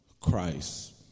Christ